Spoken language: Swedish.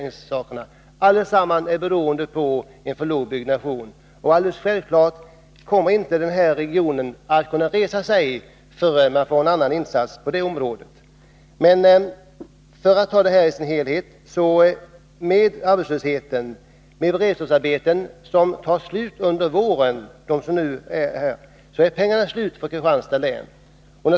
Dessa företag har drabbats av att byggandet har minskat. Självfallet kommer den här regionen inte att kunna resa sig förrän det gjorts en insats på detta område. att förbättra sys att förbättra sysselsättningen i Östra Göinge Med den arbetslöshet vi har och med beredskapsarbetena, som tar slut under våren, är pengarna för Kristianstads län slut.